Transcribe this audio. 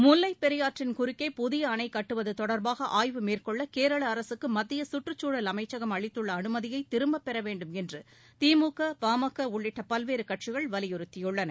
முல்லைப்பெரியாற்றின் குறுக்கே புதிய அணை கட்டுவது தொடர்பாக ஆய்வு மேற்கொள்ள கேரள அரசுக்கு மத்திய சுற்றுச்சூழல் அமைச்சகம் அளித்துள்ள அனுமதியை திரும்பப்பெற வேண்டும் என்று தி பா ம க உள்ளிட்ட பல்வேறு கட்சிகள் வலியுறுத்தியுள்ளன